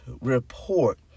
report